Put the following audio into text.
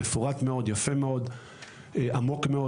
מפורט מאוד, יפה מאוד ועמוק מאוד.